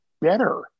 better